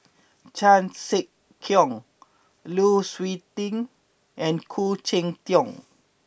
Chan Sek Keong Lu Suitin and Khoo Cheng Tiong